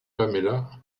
paméla